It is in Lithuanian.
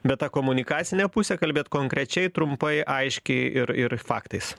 be ta komunikacinė pusė kalbėt konkrečiai trumpai aiškiai ir ir faktais